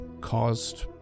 caused